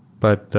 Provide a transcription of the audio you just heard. but